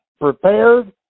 prepared